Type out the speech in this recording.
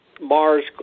Mars